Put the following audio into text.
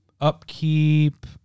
upkeep